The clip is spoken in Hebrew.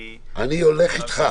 כי המשפטיזציה --- אני הולך איתך.